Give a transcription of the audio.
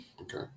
Okay